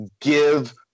give